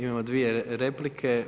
Imamo dvije replike.